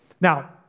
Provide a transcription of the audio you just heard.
Now